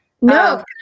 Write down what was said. No